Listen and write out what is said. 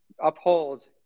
uphold